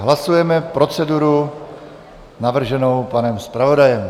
Hlasujeme proceduru navrženou panem zpravodajem.